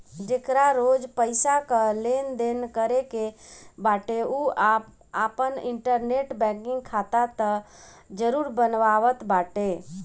जेकरा रोज पईसा कअ लेनदेन करे के बाटे उ आपन इंटरनेट बैंकिंग खाता तअ जरुर बनावत बाटे